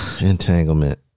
entanglement